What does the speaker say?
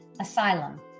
Asylum